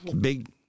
big